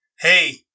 hey